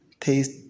taste